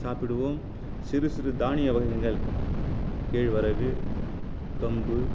சாப்பிடுவோம் சிறு சிறு தானிய வகைகள் கேழ்வரகு கம்பு